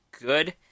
good